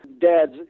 Dad's